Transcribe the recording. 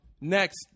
Next